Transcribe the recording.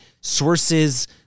sources